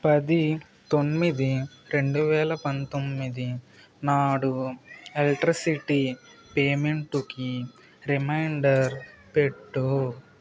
పది తొమ్మిది రెండు వేల పంతొమ్మిది నాడు ఎలక్ట్రిసిటీ పేమెంటుకి రిమైండర్ పెట్టు